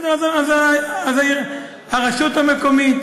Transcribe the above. אז הרשות המקומית,